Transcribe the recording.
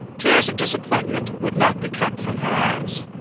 tears of disappointment would not be kept from her eyes.